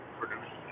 produce